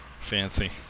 Fancy